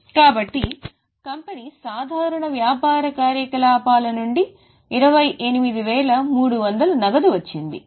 కాబట్టి కంపెనీకి సాధారణ వ్యాపార కార్యకలాపాల నుండి 28300 నగదు వచ్చింది